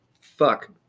fuck